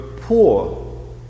poor